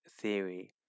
theory